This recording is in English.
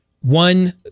one